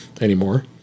anymore